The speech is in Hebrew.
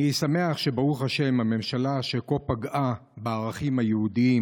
אני שמח שברוך השם הממשלה שכה פגעה בערכים היהודיים,